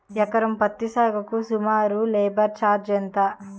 ఎకరం పత్తి సాగుకు సుమారు లేబర్ ఛార్జ్ ఎంత?